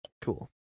Cool